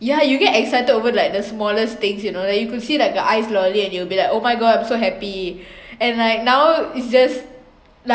ya you get excited over like the smallest things you know like you could see like a ice flurry and you'll be like oh my god I'm so happy and like now it's just life